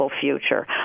future